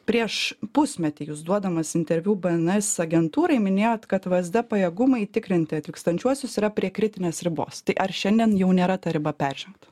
prieš pusmetį jūs duodamas interviu bns agentūrai minėjot kad vzd pajėgumai tikrinti atvykstančiuosius yra prie kritinės ribos tai ar šiandien jau nėra ta riba peržengta